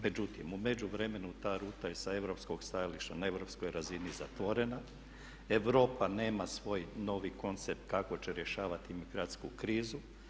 Međutim, u međuvremenu ta ruta je sa europskog stajališta na europskoj razini zatvorena, Europa nema svoj novi koncept kako će rješavati migrantsku krizu.